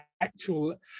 actual